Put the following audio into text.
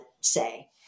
say